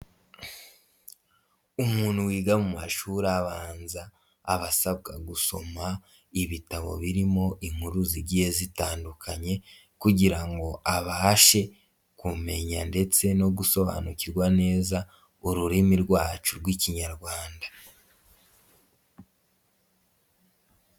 Umuntu wiga mu mashuri abanza aba asabwa gusoma ibitabo birimo inkuru zigiye zitandukanye kugira ngo abashe kumenya ndetse no gusobanukirwa neza ururimi rwacu rw'Ikinyarwanda.